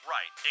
Right